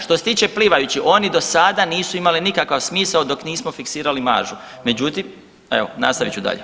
Što se tiče plivajući, oni dosada nisu imali nikakav smisao dok nismo fiksirali maržu, međutim evo nastavit ću dalje.